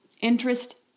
interest